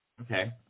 Okay